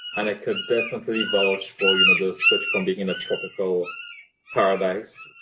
and could definitely vouch for you know the switch from being in a tropical paradise,